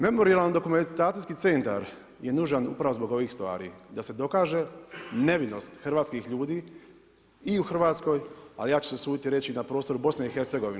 Memorijalno dokumentacijski centar je nužan upravo zbog ovih stvari, da se dokaže nevinost hrvatskih ljudi u Hrvatskoj ali ja ću se usuditi reći i na prostoru BIH.